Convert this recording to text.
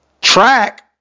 Track